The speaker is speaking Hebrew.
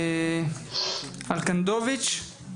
אלכסנדרוביץ',